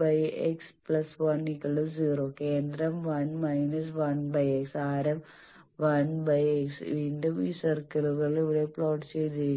vX10 കേന്ദ്രം1 1X ആരം1X വീണ്ടും ഈ സർക്കിളുകൾ ഇവിടെ പ്ലോട്ട് ചെയ്തിരിക്കുന്നു